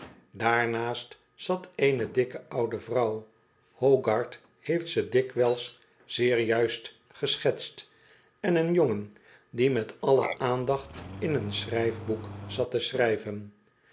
daarnaast zat eene dikke oude vrouw hogarth heeft ze dikwijls zeer juist geschetst en een jongen die met alle aandacht in een schrijfboek zat te schrijven